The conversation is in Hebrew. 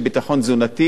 לבסיס התקציב,